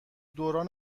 دوران